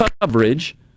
coverage